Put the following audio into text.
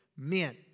men